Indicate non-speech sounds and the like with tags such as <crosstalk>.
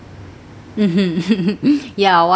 mmhmm <laughs> ya why